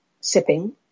sipping